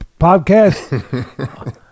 podcast